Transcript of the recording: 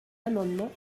amendement